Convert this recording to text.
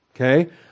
okay